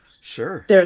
Sure